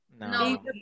No